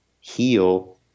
heal